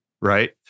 right